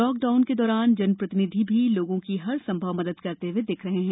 lockdown के दौरान जनप्रतिनिधि भी लोगों की हर संभव मदद करते हुए दिख रहे हैं